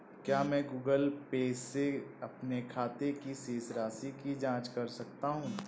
क्या मैं Google Pay से अपने खाते की शेष राशि की जाँच कर सकता हूँ?